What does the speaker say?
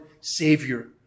Savior